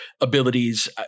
abilities